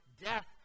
death